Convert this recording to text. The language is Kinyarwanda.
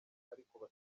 ariko